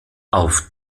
auf